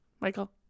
Michael